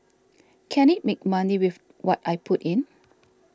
can it make money with what I put in